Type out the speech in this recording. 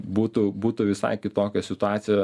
būtų būtų visai kitokia situacija